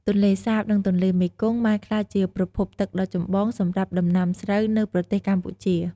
ទន្លេសាប និងទន្លេមេគង្គបានក្លាយជាប្រភពទឹកដ៏ចម្បងសម្រាប់ដំណាំស្រូវនៅប្រទេសកម្ពុជា។